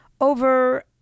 over